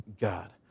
God